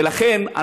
ולכן,